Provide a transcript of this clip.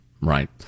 Right